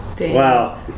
wow